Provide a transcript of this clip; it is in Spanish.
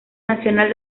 nacional